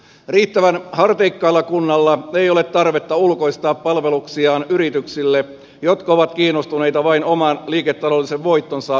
riittävän harteikkaalla kunnalla ei ole tarvetta ulkoistaa palveluksiaan yrityksille jotka ovat kiinnostuneita vain oman liiketaloudellisen voittonsa maksimoimisesta